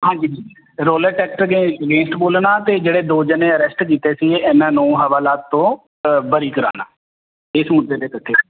ਹਾਂਜੀ Rowlatt Act ਦੇ against ਬੋਲਣਾ ਅਤੇ ਜਿਹੜੇ ਦੋ ਜਣੇ ਅਰੈਸਟ ਕੀਤੇ ਸੀ ਇਹਨਾਂ ਨੂੰ ਹਵਾਲਾਤ ਤੋਂ ਬਰੀ ਕਰਾਉਣਾ ਇਹ ਸੂਤ ਦੇ ਅਤੇ